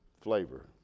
flavor